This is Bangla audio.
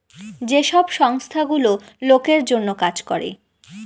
যে সব সংস্থা গুলো লোকের জন্য কাজ করে